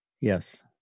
Yes